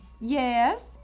Yes